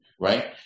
Right